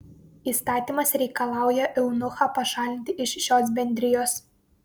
įstatymas reikalauja eunuchą pašalinti iš šios bendrijos